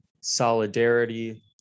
solidarity